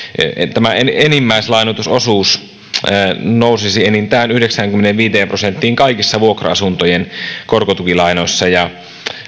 tämä enimmäislainoitusosuus nousisi enintään yhdeksäänkymmeneenviiteen prosenttiin kaikissa vuokra asuntojen korkotukilainoissa ja